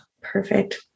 Perfect